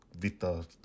Vita